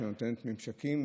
שנותנת ממשקים,